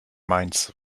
mainz